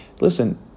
listen